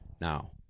Now